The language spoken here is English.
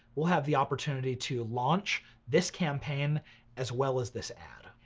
we'll have the opportunity to launch this campaign as well as this ad.